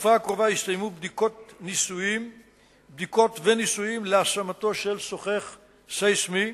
בתקופה הקרובה יסתיימו בדיקות וניסויים להשמתו של סוכך סיסמי,